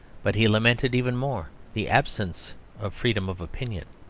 but he lamented even more the absence of freedom of opinion.